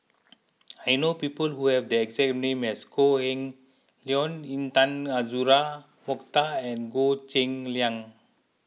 I know people who have the exact name as Kok Heng Leun Intan Azura Mokhtar and Goh Cheng Liang